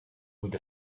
with